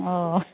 অঁ